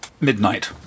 Midnight